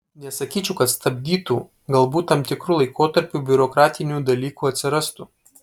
nesakyčiau kad stabdytų galbūt tam tikru laikotarpiu biurokratinių dalykų atsirastų